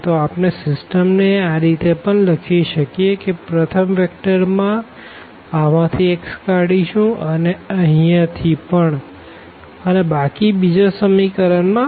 તો આપણે સીસ્ટમ ને આ રીતે પણ લખી શકીએ કે પ્રથમ વેક્ટર માં આમાં થી x કાઢીશું અને અહિયાં થી પણ અને બાકી બીજા ઇક્વેશન માં y ટર્મ